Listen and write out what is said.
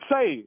Say